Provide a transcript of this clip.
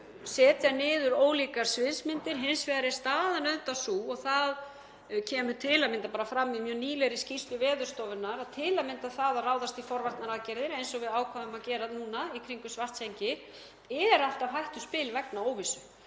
setja niður ólíkar sviðsmyndir. Hins vegar er staðan auðvitað sú, og það kemur til að mynda fram í mjög nýlegri skýrslu Veðurstofunnar, að til að mynda það að ráðast í forvarnaaðgerðir eins og við ákváðum að gera núna í kringum Svartsengi er alltaf hættuspil vegna óvissu